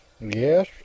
Yes